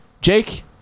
Jake